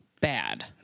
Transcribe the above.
bad